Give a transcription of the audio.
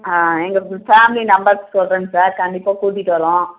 ஆ எங்கள் ஃபேம்லி மெம்பர்ஸுக்கு சொல்கிறேங்க சார் கண்டிப்பாக கூட்டிகிட்டு வரோம்